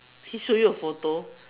he showed you a photo